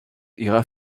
ihrer